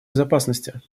безопасности